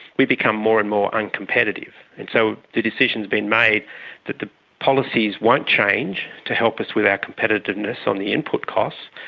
we'd become more and more uncompetitive. and so the decision has been made that the policies won't change to help us with our competitiveness on the input costs.